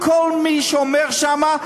כל מי שעובד שם,